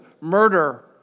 murder